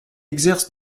exerce